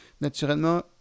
naturellement